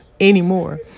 anymore